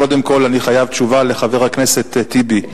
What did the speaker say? קודם כול, אני חייב תשובה לחבר הכנסת טיבי.